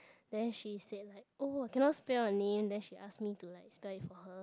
then she said like oh I cannot spell your name then she ask me to like spell it for her